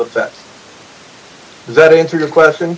fed is that in sort of question